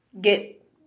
get